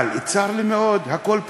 אבל צר לי מאוד, הכול פוליטיקה,